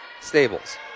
Stables